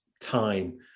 time